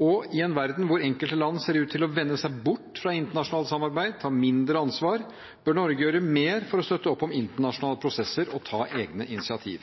havet. I en verden hvor enkelte land ser ut til å vende seg bort fra internasjonalt samarbeid og ta mindre ansvar, bør Norge gjøre mer for å støtte opp om internasjonale prosesser og ta egne initiativ.